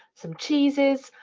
some cheeses.